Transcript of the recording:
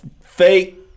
fake